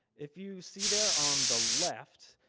if you see there on the left,